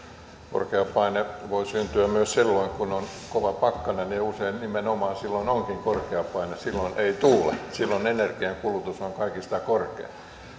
korkeapaine voi syntyä myös silloin kun on kova pakkanen ja usein nimenomaan silloin onkin korkeapaine silloin ei tuule silloin energiankulutus on kaikista korkein